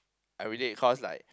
I relate cause like